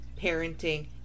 parenting